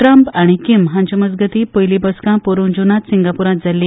ट्रंप आनी कीम हांचे मजगतीं पयली बसका पोरूं जूनांत सिंगापूरांत जाल्ली